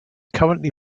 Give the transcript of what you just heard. currently